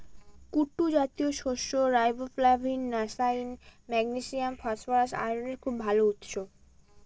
কুট্টু জাতীয় শস্য riboflavin, niacin, magnesium, phosphorus, আয়রনের খুব ভাল উৎস